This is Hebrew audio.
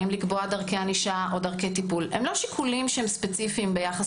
האם לקבוע דרכי ענישה או דרכי טיפול - הם לא שיקולים ספציפיים ביחס